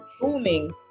Booming